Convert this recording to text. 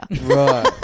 Right